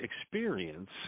experience